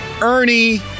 Ernie